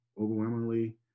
overwhelmingly